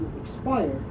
expire